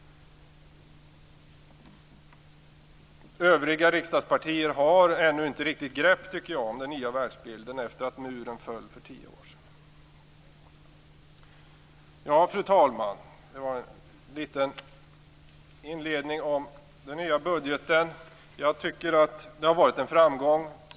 Övriga riksdagspartier har ännu inte något riktigt grepp, tycker jag, om den nya världsbilden efter att muren föll för tio år sedan. Fru talman! Det var en liten inledning om den nya budgeten. Jag tycker att den har varit en framgång.